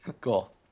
Cool